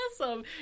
awesome